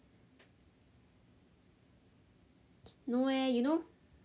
no leh you know